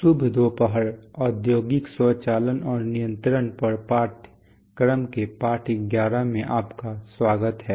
शुभ दोपहर औद्योगिक स्वचालन और नियंत्रण पर पाठ्यक्रम के पाठ 11 में आपका स्वागत है